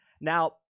Now